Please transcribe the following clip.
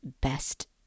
best